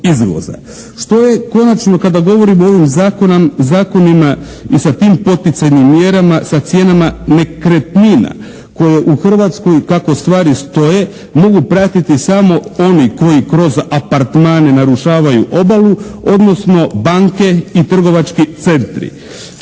Što je konačno kada govorimo o ovim zakonima i sa tim poticajnim mjerama sa cijenama nekretnina koje u Hrvatskoj kako stvari stoje mogu pratiti samo oni koji kroz apartmane narušavaju obalu, odnosno banke i trgovački centri.